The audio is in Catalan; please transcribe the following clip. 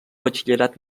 batxillerat